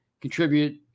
contribute